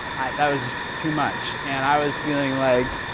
that was just too much and i was feeling like,